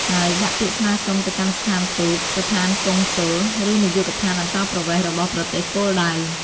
ហើយដាក់ពាក្យស្នើសុំទៅកាន់ស្ថានទូត ស្ថានកុងស៊ុល ឬនាយកដ្ឋានអន្តោប្រវេសន៍របស់ប្រទេសគោលដៅ។